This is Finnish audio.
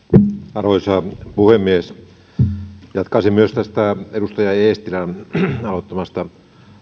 arvoisa puhemies jatkaisin myös tästä edustaja eestilän aloittamasta